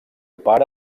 pare